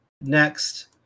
next